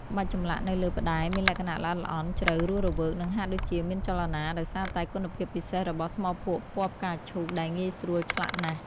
ក្បាច់ចម្លាក់នៅលើផ្តែរមានលក្ខណៈ ល្អិតល្អន់ ជ្រៅ រស់រវើក និងហាក់ដូចជាមានចលនា ដោយសារតែគុណភាពពិសេសរបស់ថ្មភក់ពណ៌ផ្កាឈូកដែលងាយស្រួលឆ្លាក់ណាស់។